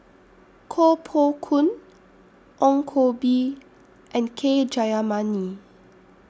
Koh Poh Koon Ong Koh Bee and K Jayamani